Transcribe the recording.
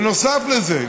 בנוסף לזה,